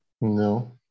No